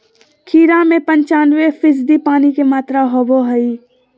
खीरा में पंचानबे फीसदी पानी के मात्रा होबो हइ